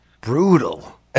Brutal